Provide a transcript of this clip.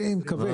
אני מקווה.